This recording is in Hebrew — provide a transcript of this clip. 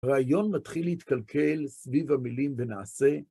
רעיון מתחיל להתקלקל סביב המילים ונעשה.